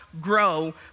grow